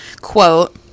quote